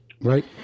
right